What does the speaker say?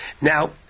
Now